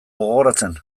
gogoratzen